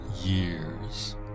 years